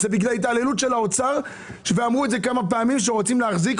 עכשיו יש בתי ספר במוכר שאינו רשמי שהם למשל ברמלה